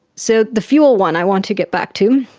so the fuel one i want to get back to.